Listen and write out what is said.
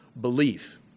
belief